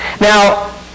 Now